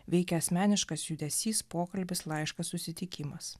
veikęs meniškas judesys pokalbis laiškas susitikimas